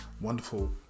wonderful